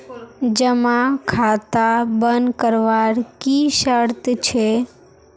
जमा खाता बन करवार की शर्त छे?